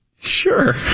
Sure